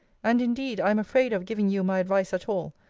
and indeed i am afraid of giving you my advice at all,